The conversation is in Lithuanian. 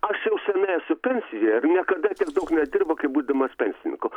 aš jau senai esu pensijoje ir niekada tiek daug nedirbu kaip būdamas pensininku